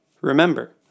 remember